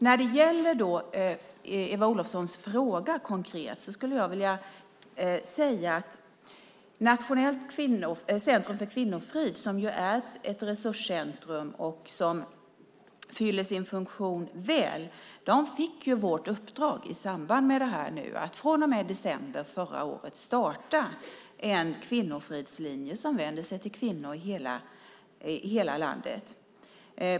När det gäller Eva Olofssons konkreta fråga skulle jag vilja säga att Nationellt centrum för kvinnofrid, som är ett resurscentrum som fyller sin funktion väl, har fått vårt uppdrag att från och med december förra året starta en kvinnofridslinje som vänder sig till kvinnor i hela landet.